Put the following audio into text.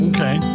Okay